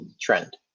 trend